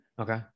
okay